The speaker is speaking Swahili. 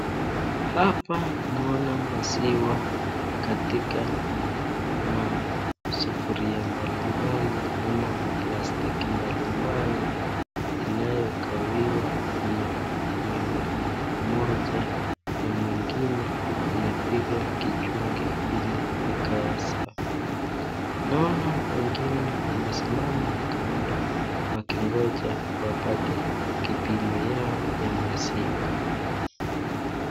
Hapa naona maziwa katika masufuria mbalimbali ama maplastiki mbalimbali inayokawiwa na mama mmoja na mwingine anapiga kijungi ili akawez. Naona wengine wamesimama kando wakingoja wapate kipimo yao ya maziwa.